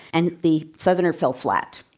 and the southerner fell flat.